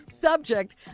Subject